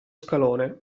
scalone